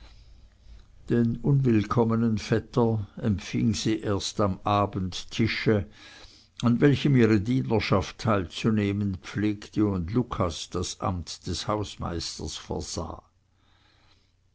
den unwillkommenen vetter empfing sie erst am abendtische an welchem ihre dienerschaft teilzunehmen pflegte und lucas das amt des hausmeisters versah